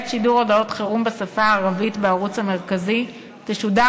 שידור הודעת חירום בשפה העברית בערוץ המרכזי תשודר